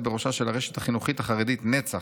בראשה של הרשת החינוכית החרדית נצח,